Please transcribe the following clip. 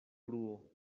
bruo